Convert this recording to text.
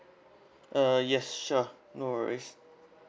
uh yes sure no worries